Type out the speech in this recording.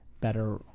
better